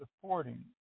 supporting